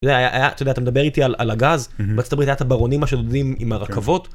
אתה יודע היה... אתה מדבר איתי על הגז, בארה"ב היה את הברונים השודדים עם הרכבות.